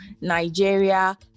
Nigeria